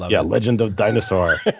ah yeah. legend of dinosaur.